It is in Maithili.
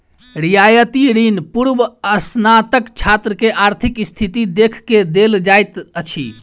रियायती ऋण पूर्वस्नातक छात्र के आर्थिक स्थिति देख के देल जाइत अछि